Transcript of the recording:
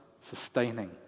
sustaining